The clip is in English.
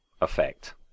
effect